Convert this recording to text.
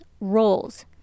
roles